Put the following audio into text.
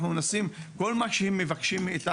אנחנו מנסים לעשות את כל מה שהם מבקשים מאיתנו,